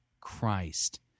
Christ